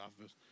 office